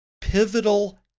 pivotal